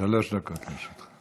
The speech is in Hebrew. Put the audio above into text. שלוש דקות לרשותך.